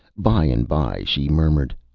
by-and-by she murmured,